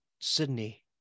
Sydney